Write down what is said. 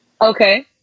Okay